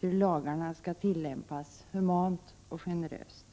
hur lagarna skall tillämpas humant och generöst.